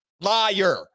Liar